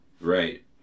Right